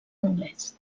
anglès